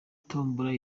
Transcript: tombola